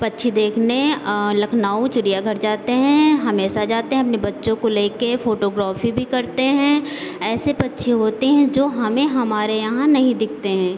पक्षी देखने लखनऊ चिड़ियाघर जाते हैं हमेशा जाते हैं अपने बच्चों को लेके फोटोग्राफी भी करते हैं ऐसे पक्षी होते हैं जो हमें हमारे यहाँ नहीं दिखते है